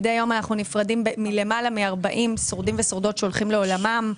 מידי יום אנחנו נפרדים מיותר מ-40 שורדים ושורדות שהולכים לעולמם.